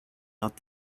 not